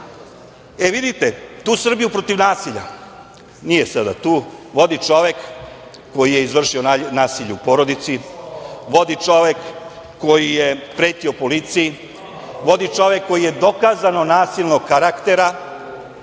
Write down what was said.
E, vidite, tu „Srbiju protiv nasilja“, nije sada tu, vodi čovek koji je izvršio nasilje u porodici, vodi čovek koji je pretio policiji, vodi čovek koji je dokazano nasilnog karaktera,